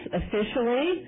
officially